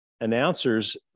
announcers